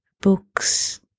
books